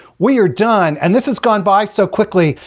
we are done. and this has gone by so quickly.